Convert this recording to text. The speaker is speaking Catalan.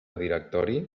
directori